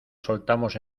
soltamos